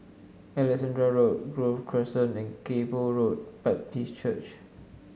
Alexandra Road Grove Crescent and Kay Poh Road Baptist Church